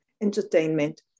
entertainment